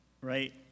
right